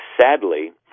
sadly